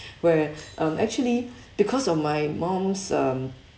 where um actually because of my mum's um